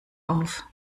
auf